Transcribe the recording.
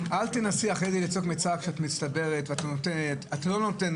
למשל אם יש מצלמות בבית העסק באופן שוטף ומאפיינים נוספים